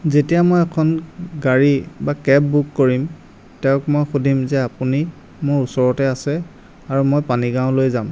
যেতিয়া মই এখন গাড়ী বা কেব বুক কৰিম তেওঁক মই সুধিম যে আপুনি মোৰ ওচৰতে আছে আৰু মই পানীগাঁৱলৈ যাম